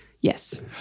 Yes